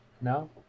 No